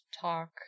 talk